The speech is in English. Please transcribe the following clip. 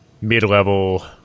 mid-level